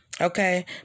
Okay